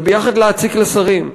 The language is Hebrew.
וביחד להציק לשרים,